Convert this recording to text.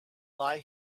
lie